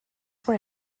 were